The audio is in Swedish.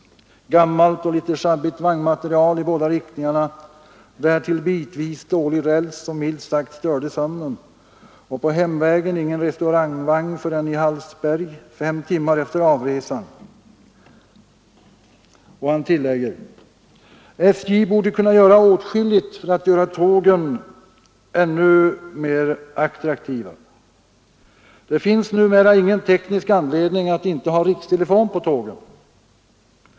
Gammalt och litet schabbigt vagnmaterial i båda riktningarna. Därtill bitvis dålig räls som milt sagt störde sömnen. Och på hemvägen ingen restaurantvagn förrän i Hallsberg, fem timmar efter avresan.” Och han tillägger: ”SJ borde kunna göra åtskilligt för att göra tågen ännu mer attraktiva. Det finns numera ingen teknisk anledning att inte ha rikstelefon på tågen.